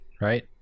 right